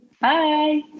bye